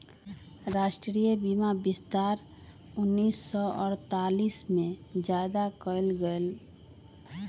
राष्ट्रीय बीमा विस्तार उन्नीस सौ अडतालीस में ज्यादा कइल गई लय